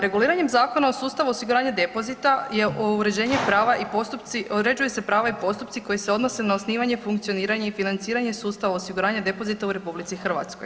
Reguliranjem Zakona o sustavu osiguranja depozita je uređenje prava i postupci, uređuju se prava i postupci koji se odnose na osnivanje, funkcioniranje i financiranje sustava osiguranja depozita u RH.